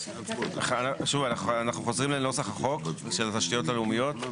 אנחנו חוזרים לנוסח החוק של התשתיות הלאומיות.